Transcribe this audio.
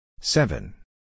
Seven